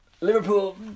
Liverpool